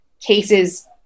cases